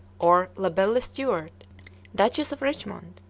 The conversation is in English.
or la belle stewart duchess of richmond,